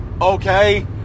Okay